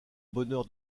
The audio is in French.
bonheur